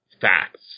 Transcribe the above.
facts